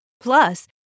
Plus